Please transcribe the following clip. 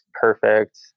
perfect